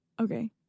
Okay